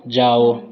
जाओ